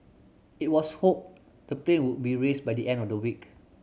it was hoped the plane would be raised by the end of the week